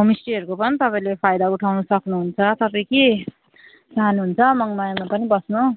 होमस्टेहरूको पनि तपाईँले फाइदा उठाउनु सक्नुहुन्छ तपाईँ के चाहनुहुन्छ मङमायामा पनि बस्नु